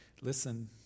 Listen